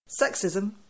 Sexism